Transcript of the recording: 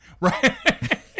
right